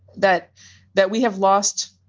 that that we have lost.